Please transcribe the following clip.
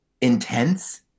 intense